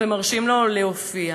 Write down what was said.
ומרשים לו להופיע